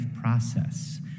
process